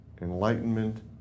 enlightenment